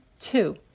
two